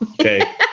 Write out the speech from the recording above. okay